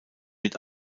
mit